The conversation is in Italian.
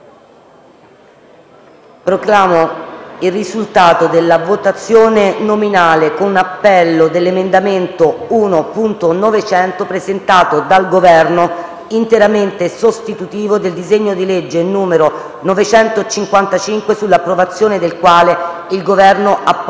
Proclamo il risultato della votazione nominale con appello dell'emendamento 1.900, presentato dal Governo, interamente sostitutivo degli articoli del disegno di legge n. 955, sull'approvazione del quale il Governo ha posto la questione di fiducia: